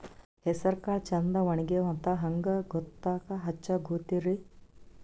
ಹೆಸರಕಾಳು ಛಂದ ಒಣಗ್ಯಾವಂತ ಹಂಗ ಗೂತ್ತ ಹಚಗೊತಿರಿ?